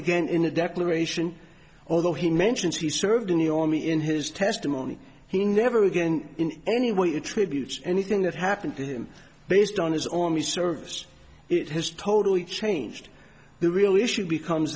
again in the declaration although he mentions he served in the army in his testimony he never again in any way attribute anything that happened to him based on his army service it has totally changed the real issue becomes